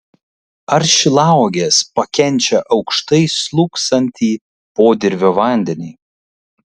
ar šilauogės pakenčia aukštai slūgsantį podirvio vandenį